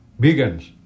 vegans